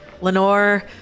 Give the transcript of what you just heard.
Lenore